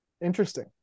Interesting